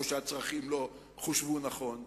או שהצרכים לא חושבו נכון,